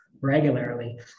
regularly